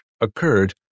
occurred